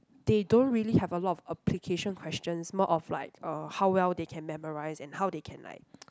they don't really have a lot of application questions more of like uh how well they can memorise and how they can like